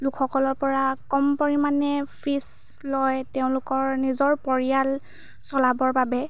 লোকসকলৰ পৰা কম পৰিমাণে ফিচ লয় তেওঁলোকৰ নিজৰ পৰিয়াল চলাবৰ বাবে